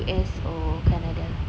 U_S or Canada